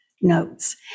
Notes